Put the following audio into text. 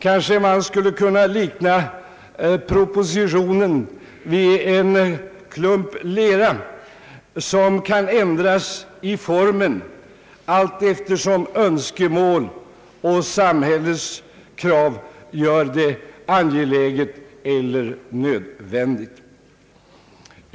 Kanske man skulle kunna likna propositionen vid en klump lera, som kan ändras i formen allteftersom önskemål och samhällets krav gör det angeläget eller nödvändigt.